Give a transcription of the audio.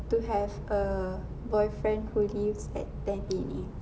to have a boyfriend who lives at